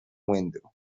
window